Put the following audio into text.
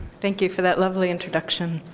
thank you for that lovely introduction.